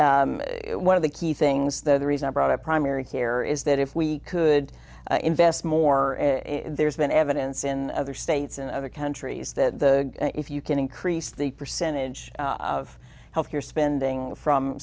one of the key things the reason i brought up primary care is that if we could invest more there's been evidence in other states and other countries the if you can increase the percentage of health care spending from